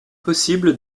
possible